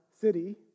City